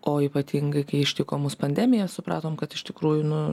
o ypatingai kai ištiko mus pandemija supratom kad iš tikrųjų nu